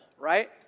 right